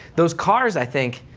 those cars, i think,